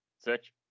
search